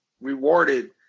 rewarded